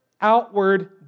outward